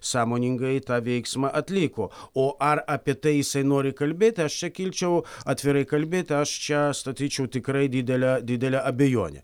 sąmoningai tą veiksmą atliko o ar apie tai jisai nori kalbėti aš čia kilčiau atvirai kalbėti aš čia statyčiau tikrai didelę didelę abejonę